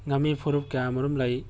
ꯉꯥꯃꯤ ꯐꯨꯔꯨꯨꯞ ꯀꯌꯥꯃꯔꯨꯝ ꯂꯩ